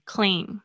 Clean